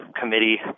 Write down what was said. Committee